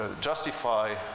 justify